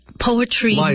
poetry